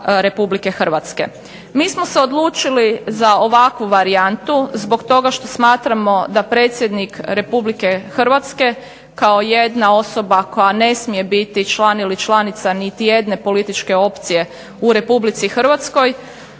Mi smo se odlučili za ovakvu varijantu zbog toga što smatramo da predsjednik Republike Hrvatske kao jedna osoba koja ne smije biti član ili članica niti jedne političke opcije u Republici Hrvatskoj